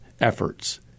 efforts